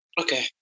Okay